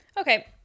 Okay